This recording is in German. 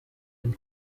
dem